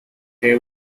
they